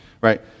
Right